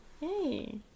Hey